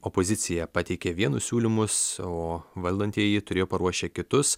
opozicija pateikė vienus siūlymus o valdantieji turėjo paruošę kitus